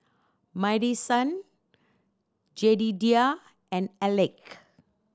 Madison Jedediah and Alek